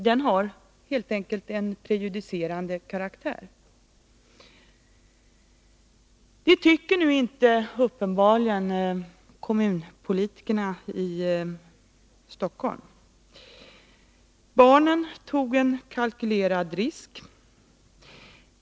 Den har helt enkelt en prejudicerande karaktär. Det tycker nu uppenbarligen inte kommunpolitikerna i Stockholm. Man säger att barnen tog en kalkylerad risk.